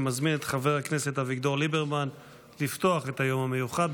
אני מזמין את חבר הכנסת אביגדור ליברמן לפתוח את היום המיוחד,